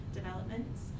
developments